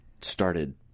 started